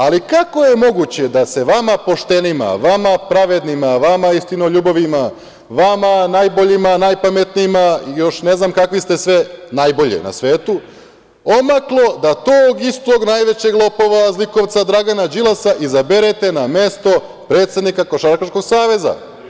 Ali, kako je moguće da se vama poštenima, vama pravednima, vama istinoljupcima, vama najboljima, najpametnijima, još ne znam kakvi ste sve najbolji na svetu, omaklo da tog istog najvećeg lopova, zlikovca Dragana Đilasa izaberete na mesto predsednika Košarkaškog saveza?